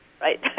right